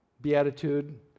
beatitude